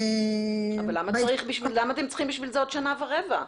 למה לשם כך אתם צריכים עוד שנה ורבע?